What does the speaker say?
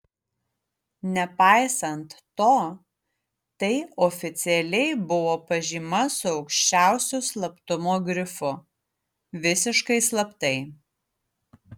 nepaisant to tai oficialiai buvo pažyma su aukščiausiu slaptumo grifu visiškai slaptai